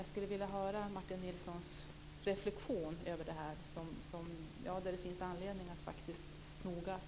Jag skulle vilja höra Martin Nilssons reflexion över det här. Det finns anledning att noga följa upp frågan.